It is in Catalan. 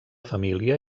família